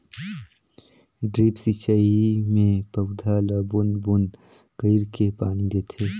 drip सिंचई मे पउधा ल बूंद बूंद कईर के पानी देथे